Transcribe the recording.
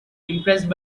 impressed